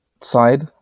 side